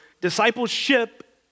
discipleship